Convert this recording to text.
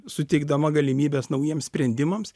suteikdama galimybes naujiems sprendimams